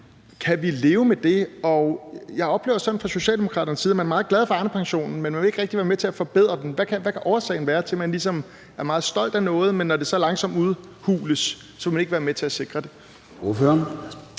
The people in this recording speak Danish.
Kan vi leve med det? Jeg oplever fra Socialdemokraternes side, at man er meget glade for Arnepensionen, men man vil ikke rigtig være med til at forbedre den. Hvad kan årsagen være til, at man ligesom er meget stolt af noget, men når det så langsomt udhules, vil man ikke være med til at sikre det?